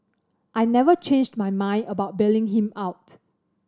I never changed my mind about bailing him out